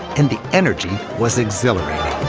and the energy was exhilarating.